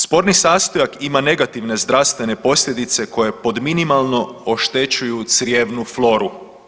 Sporni sastojak ima negativne zdravstvene posljedice koje pod minimalno oštećuju crijevnu floru.